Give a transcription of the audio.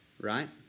Right